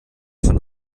von